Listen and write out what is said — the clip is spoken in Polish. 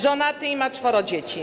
Żonaty i ma czworo dzieci.